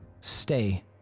stay